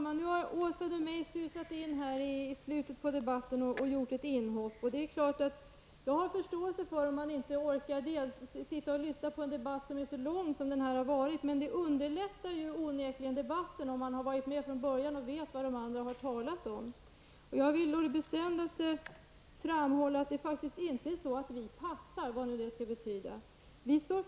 Fru talman! Nu har Åsa Domeij susat in och gjort ett inhopp i slutet av debatten. Jag har förståelse för att man inte orkar sitta och lyssna på en debatt som är så lång som den här har varit, men det underlättar onekligen debatten om man är med från början och vet vad andra har talat om. Jag vill på det bestämdaste framhålla att vi inte ''passar'' -- vad det nu skall betyda.